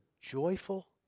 joyful